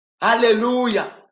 Hallelujah